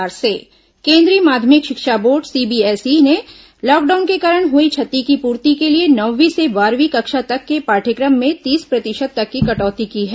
CBSE पाठ्यक्रम कटौती केंद्रीय माध्यमिक शिक्षा बोर्ड सीबीएसई ने लॉकडाउन के कारण हुई क्षति की पूर्ति के लिए नौवीं से बारहवीं कक्षा तक के पाठ्यक्रम में तीस प्रतिशत तक की कटौती की है